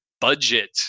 budget